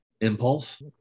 impulse